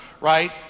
right